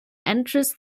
entrance